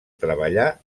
treballar